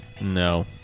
No